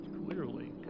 clearly